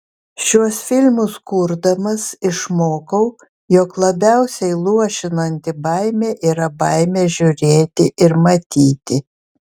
šiuos filmus kurdamas išmokau jog labiausiai luošinanti baimė yra baimė žiūrėti ir matyti